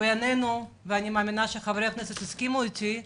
ואני מאמינה שחברי הכנסת יסכימו אתי,